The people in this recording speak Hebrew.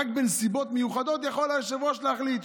רק בנסיבות מיוחדות יכול היושב-ראש להחליט.